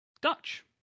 Dutch